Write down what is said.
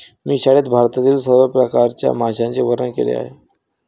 मी शाळेत भारतातील सर्व प्रकारच्या माशांचे वर्णन केले होते